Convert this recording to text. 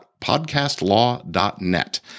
podcastlaw.net